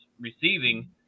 receiving